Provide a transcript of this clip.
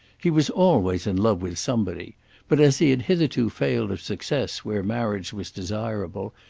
he was always in love with somebody but as he had hitherto failed of success where marriage was desirable,